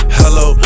hello